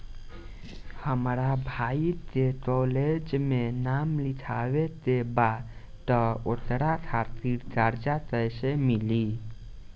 हमरा भाई के कॉलेज मे नाम लिखावे के बा त ओकरा खातिर कर्जा चाही कैसे मिली?